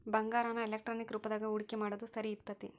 ಬಂಗಾರಾನ ಎಲೆಕ್ಟ್ರಾನಿಕ್ ರೂಪದಾಗ ಹೂಡಿಕಿ ಮಾಡೊದ್ ಸರಿ ಇರ್ತೆತಿ